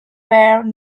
where